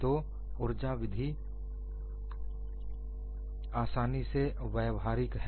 तो उर्जा विधि आसानी से व्यवहारिक है